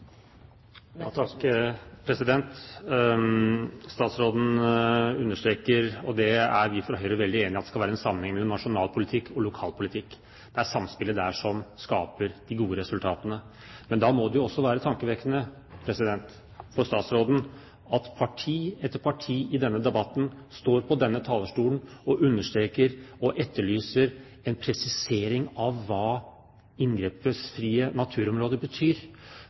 Statsråden understreker, og det er vi fra Høyre veldig enige i, at det skal være en sammenheng mellom nasjonal politikk og lokal politikk. Det er samspillet der som skaper de gode resultatene. Men da må det også være tankevekkende for statsråden at parti etter parti i denne debatten står på denne talerstolen og understreker og etterlyser en presisering av hva «inngrepsfrie naturområder» betyr.